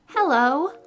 Hello